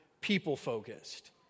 people-focused